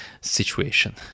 situation